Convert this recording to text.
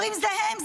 אומרים: זה הם,